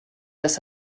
dass